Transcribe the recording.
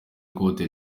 côte